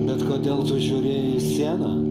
bet kodėl tu žiūri į sieną